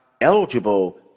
eligible